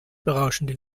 berauschende